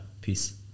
Peace